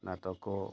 ନାଟକ